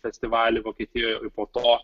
festivalį vokietijoje ir po to